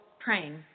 praying